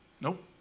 Nope